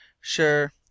Sure